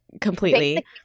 completely